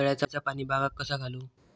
तळ्याचा पाणी बागाक कसा घालू?